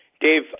Dave